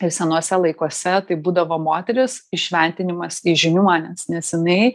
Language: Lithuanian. ir senuose laikuose tai būdavo moteris įšventinimas į žiniuones nes jinai